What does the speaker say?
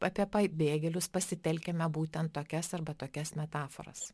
apie pabėgėlius pasitelkiame būtent tokias arba tokias metaforas